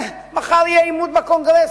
מחר יהיה עימות בקונגרס,